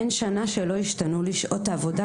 אין שנה שלא השתנו לי שעות העבודה,